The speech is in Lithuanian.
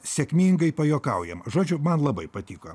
sėkmingai pajuokaujama žodžiu man labai patiko